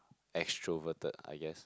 extroverted I guess